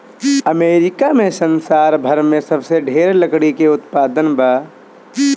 America में संसार भर में सबसे ढेर लकड़ी के उत्पादन बा